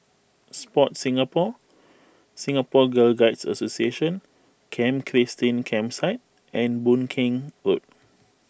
Sport Singapore Singapore Girl Guides Association Camp Christine Campsite and Boon Keng Road